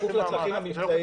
עושים מאמץ.